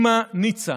אימא ניצה,